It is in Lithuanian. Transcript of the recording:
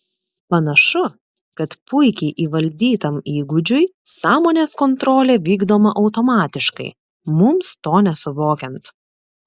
panašu kad puikiai įvaldytam įgūdžiui sąmonės kontrolė vykdoma automatiškai mums to nesuvokiant